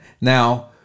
Now